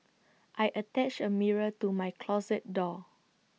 I attached A mirror to my closet door